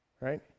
right